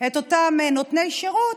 את אותם נותני שירות,